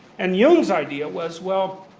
and jung's idea was well,